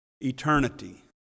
eternity